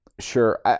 Sure